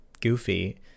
goofy